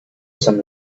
some